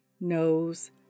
knows